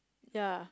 ya